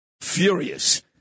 furious